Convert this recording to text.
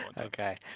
Okay